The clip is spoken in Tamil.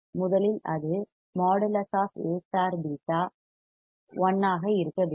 முதலில் அது | A β | 1 ஆக இருக்க வேண்டும்